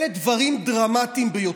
אלה דברים דרמטיים ביותר.